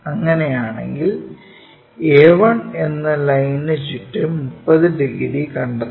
അങ്ങനെയാണെങ്കിൽ a 1 എന്ന ലൈന് ചുറ്റും 30 ഡിഗ്രി കണ്ടെത്തുക